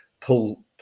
pull